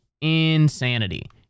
insanity